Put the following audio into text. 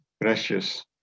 precious